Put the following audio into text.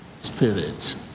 spirit